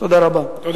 תודה רבה.